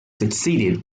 succeeded